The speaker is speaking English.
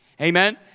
Amen